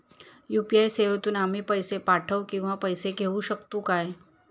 UPI सेवेतून आम्ही पैसे पाठव किंवा पैसे घेऊ शकतू काय?